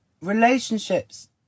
Relationships